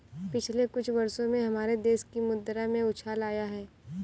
पिछले कुछ वर्षों में हमारे देश की मुद्रा में उछाल आया है